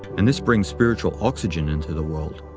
and this brings spiritual oxygen into the world.